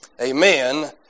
Amen